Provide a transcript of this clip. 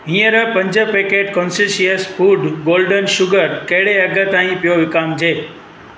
हीअंर पंज packet conscious food golden sugar कहिड़े अघि ते पियो विकामिजे